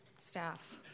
staff